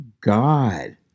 God